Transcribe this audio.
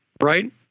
right